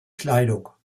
kleidung